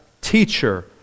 Teacher